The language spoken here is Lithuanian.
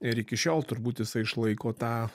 ir iki šiol turbūt jisai išlaiko tą